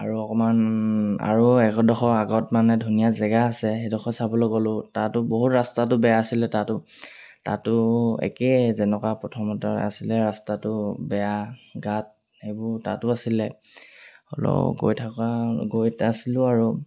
আৰু অকণমান আৰু একডোখৰ আগত মানে ধুনীয়া জেগা আছে সেইডোখৰ চাবলৈ গ'লোঁ তাতো বহুত ৰাস্তাটো বেয়া আছিলে তাতো তাতো একেই যেনেকুৱা প্ৰথমতে আছিলে ৰাস্তাটো বেয়া গাঁত সেইবোৰ তাতো আছিলে হ'লেও গৈ থকা গৈ আছিলোঁ আৰু